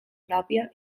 pròpia